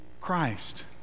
Christ